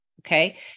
okay